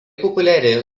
populiari